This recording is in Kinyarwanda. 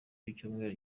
w’icyumweru